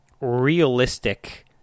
realistic